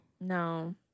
No